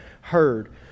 heard